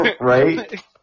right